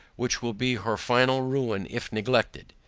which will be her final ruin if neglected.